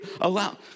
allow